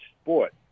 sport